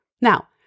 Now